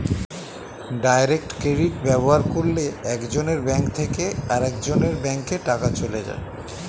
direct credit ব্যবহার করলে একজনের ব্যাঙ্ক থেকে আরেকজনের ব্যাঙ্কে টাকা চলে যায়